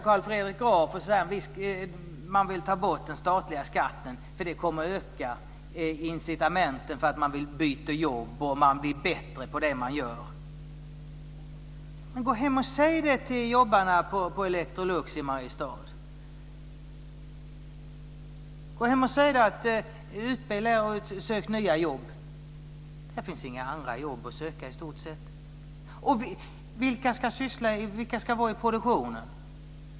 Carl Fredrik Graf säger att han vill ta bort den statliga skatten eftersom det kommer att öka incitamenten att byta jobb och man blir bättre på det man gör. Gå och säg det till jobbarna på Electrolux i Mariestad! Säg att de ska utbilda sig och söka nya jobb! Det finns inga andra jobb att söka, i stort sett. Och vilka ska vara i produktionen?